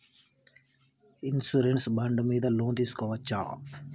Insurance bond మీద loan తీస్కొవచ్చా?